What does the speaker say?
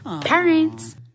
parents